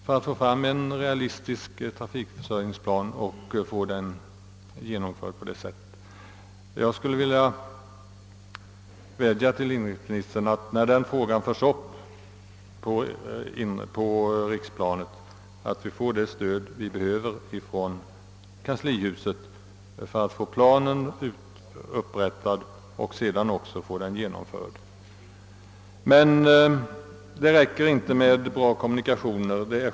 Då kan vi få fram en realistisk trafikförsörjningsplan och genomföra den. När den frågan tas upp på riksplanet hoppas jag att vi får det stöd av inrikesministern som vi behöver ha från kanslihuset för att få den planen upprättad och genomförd i praktiken. Men det räcker inte med bra kommunikationer.